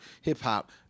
hip-hop